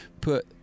put